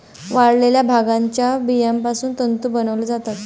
वाळलेल्या भांगाच्या बियापासून तंतू बनवले जातात